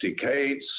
decades